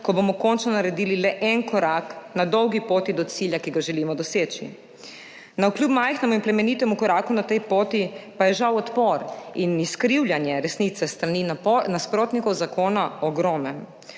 ko bomo končno naredili le en korak na dolgi poti do cilja, ki ga želimo doseči. Navkljub majhnemu in plemenitemu koraku na tej poti pa sta žal odpor in izkrivljanje resnice s strani nasprotnikov zakona ogromna.